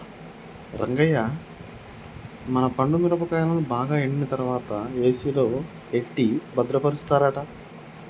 రంగయ్య మన పండు మిరపకాయలను బాగా ఎండిన తర్వాత ఏసిలో ఎట్టి భద్రపరుస్తారట